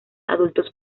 adultos